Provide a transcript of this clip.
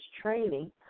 training